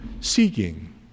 Seeking